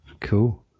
Cool